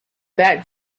that